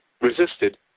resisted